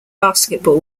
basketball